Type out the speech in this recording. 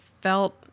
felt